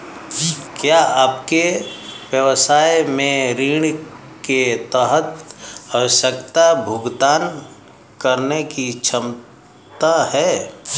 क्या आपके व्यवसाय में ऋण के तहत आवश्यक भुगतान करने की क्षमता है?